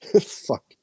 fuck